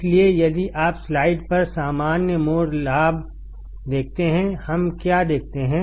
इसलिए यदि आप स्लाइड पर सामान्य मोड लाभ देखते हैंहम क्या देखते हैं